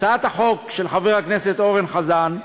הצעת החוק של חבר הכנסת אורן חזן,